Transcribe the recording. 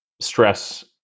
stress